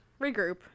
regroup